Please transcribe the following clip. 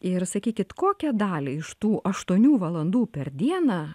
ir sakykit kokią dalį iš tų aštuonių valandų per dieną